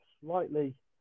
slightly